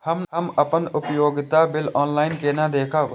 हम अपन उपयोगिता बिल ऑनलाइन केना देखब?